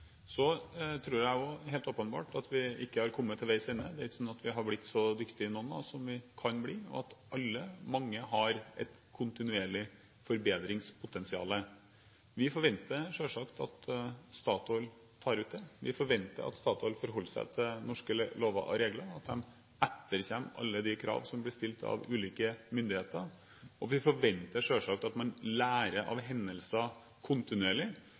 Så tror jeg også at vi, helt åpenbart, ikke er kommet til veis ende. Det er ikke sånn at vi er blitt så dyktige, noen av oss, som vi kan bli, og mange har et kontinuerlig forbedringspotensial. Vi forventer selvsagt at Statoil tar ut det. Vi forventer at Statoil forholder seg til norske lover og regler, og at de etterkommer alle de krav som blir stilt av ulike myndigheter. Vi forventer selvsagt også at man lærer av hendelser kontinuerlig,